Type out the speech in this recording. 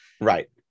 Right